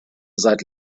seit